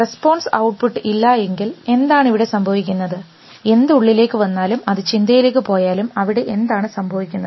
response output ഇല്ലായെങ്കിൽ എന്താണ് ഇവിടെ സംഭവിക്കുന്നത് എന്തു ഉള്ളിലേക്ക് വന്നാലും അത് ചിന്തയിലേക്ക് പോയാലും അവിടെ എന്താണ് സംഭവിക്കുന്നത്